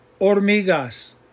hormigas